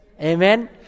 Amen